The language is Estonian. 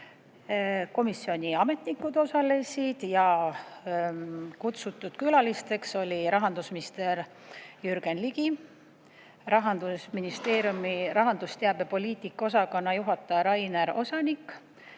Komisjoni ametnikud osalesid ja kutsutud külalisteks olid rahandusminister Jürgen Ligi, Rahandusministeeriumi rahandusteabe poliitika osakonna juhataja Rainer Osanik,